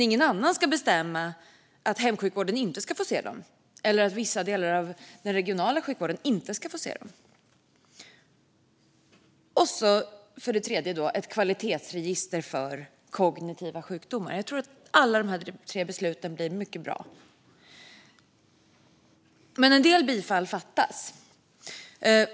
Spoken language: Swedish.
Ingen annan ska bestämma att hemsjukvården inte ska få se dem eller att vissa delar av den regionala sjukvården inte ska få se dem. Det tredje är ett kvalitetsregister för kognitiva sjukdomar. Jag tror att alla de här tre besluten blir mycket bra. Men en del bifall fattas.